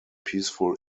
peaceful